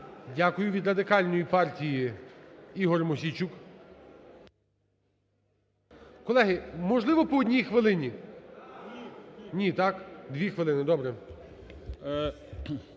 Дякую. Від Радикальної партії Ігор Мосійчук. Колеги, можливо по одній хвилині? Ні, так? Дві хвилини, добре.